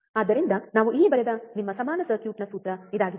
ಆದ್ದರಿಂದ ನಾವು ಇಲ್ಲಿ ಬರೆದ ನಿಮ್ಮ ಸಮಾನ ಸರ್ಕ್ಯೂಟ್ನ ಸೂತ್ರ ಇದಾಗಿದೆ